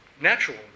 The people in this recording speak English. natural